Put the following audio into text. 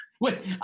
wait